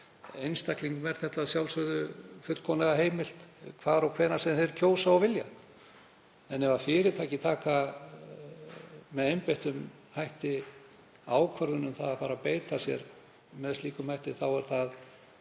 Einstaklingum er þetta að sjálfsögðu fullkomlega heimilt hvar og hvenær sem þeir kjósa og vilja. En ef fyrirtæki taka með einbeittum hætti ákvörðun um að fara að beita sér með slíkum hætti er það